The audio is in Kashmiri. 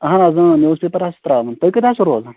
اہن حظ اۭں نِوٕز پیپر حظ چھِ تراوان تُہۍ کَتہِ حظ چھُو روزان